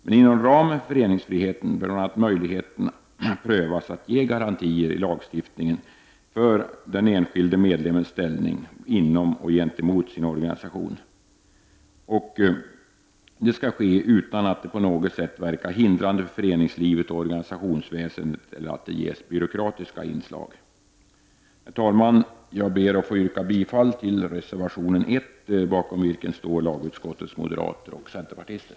Men inom ramen för föreningsfriheten bör bl.a. möjligheterna prövas att ge garantier i lagstiftningen för den enskilde medlemmens ställning inom och gentemot ”sin” organisation. Det skall ske utan att på något sätt verka hindrande på föreningslivet och organisationsväsendet eller att det ges byråkratiska inslag. Herr talman! Jag ber att få yrka bifall till reservation 1, bakom vilken står lagutskottets moderater och centerpartister.